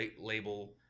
label